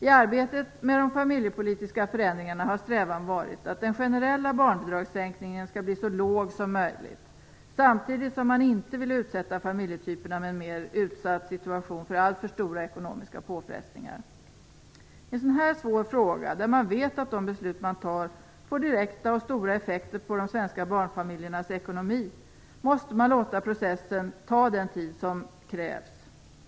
I arbetet med de familjepolitiska förändringarna har strävan varit att den generella barnbidragssänkningen skall bli så låg som möjligt samtidigt som man inte vill utsätta familjetyper med en mer utsatt situation för alltför stora ekonomiska påfrestningar. I en sådan svår fråga, där man vet att de beslut man fattar får direkta och stora effekter på de svenska barnfamiljernas ekonomi, måste man låta processen ta den tid som krävs.